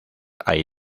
hay